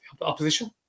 opposition